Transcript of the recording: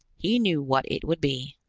he knew what it would be.